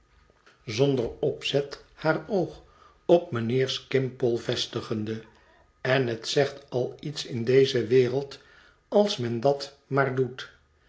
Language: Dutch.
zonder opzet haar oog op mijnheer skimpole vestigende en het zegt al iets in deze wereld als men dat maar doet